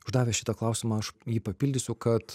uždavęs šitą klausimą aš jį papildysiu kad